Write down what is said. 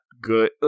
good